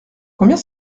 combien